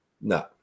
no